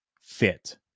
fit